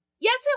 Yes